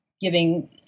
giving